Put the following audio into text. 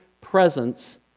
presence